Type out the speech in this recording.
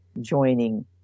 joining